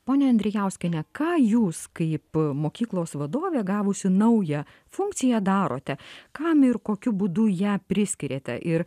ponia andrijauskiene ką jūs kaip mokyklos vadovė gavusi naują funkciją darote kam ir kokiu būdu ją priskiriate ir